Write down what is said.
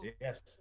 yes